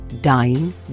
dying